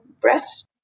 breast